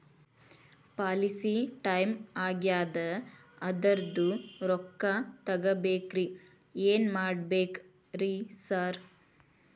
Policy time ಆಗ್ಯಾದ ಅದ್ರದು ರೊಕ್ಕ ತಗಬೇಕ್ರಿ ಏನ್ ಮಾಡ್ಬೇಕ್ ರಿ ಸಾರ್?